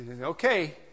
Okay